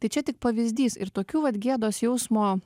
tai čia tik pavyzdys ir tokių vat gėdos jausmo